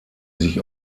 sich